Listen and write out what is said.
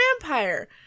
vampire